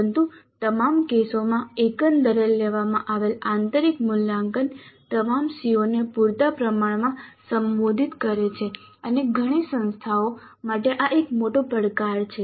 પરંતુ તમામ કેસોમાં એકંદરે લેવામાં આવેલ આંતરિક મૂલ્યાંકન તમામ CO ને પૂરતા પ્રમાણમાં સંબોધિત કરે છે અને ઘણી સંસ્થાઓ માટે આ એક મોટો પડકાર છે